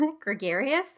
gregarious